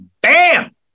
bam